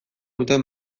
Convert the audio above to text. duten